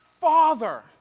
Father